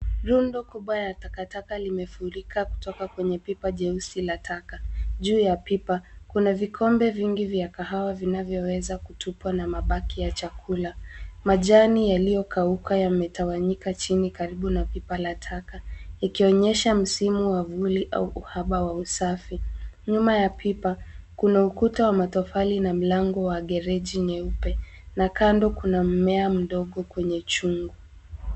Rundo kubwa la takataka limefurika kutoka kwenye pipa jeusi la taka. Juu ya pipa, kuna vikombe vingi vya kahawa vinavyoweza kutupwa na mabaki ya chakula. Majani yalioyokauka yametawanyika chini karibu na pipa la taka, ikionyesha msimu wa vuli au uhaba wa usafi. Nyuma ya pipa, kuna ukuta wa matofali na mlango wa gereji nyeupe na kando kuna mmea mdogo kwenye chungu.